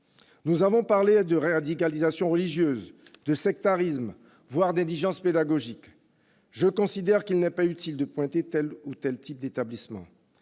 Nous avons parlé de radicalisation religieuse, de sectarisme, voire d'indigence pédagogique. Je considère qu'il n'est pas utile de pointer du doigt tel ou tel type d'établissements.